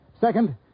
Second